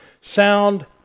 sound